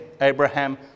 Abraham